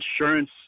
Insurance